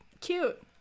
cute